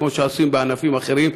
כמו שעושים בענפים אחרים,